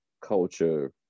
culture